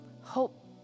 Hope